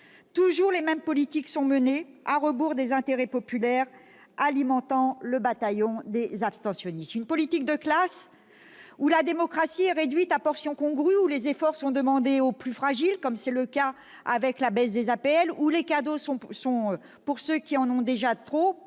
toujours les mêmes politiques qui sont menées, à rebours des intérêts populaires, alimentant le bataillon des abstentionnistes. Une politique de classe, où la démocratie est réduite à portion congrue, où les efforts sont demandés aux plus fragiles, comme c'est le cas avec la baisse des APL, les aides personnalisées au logement,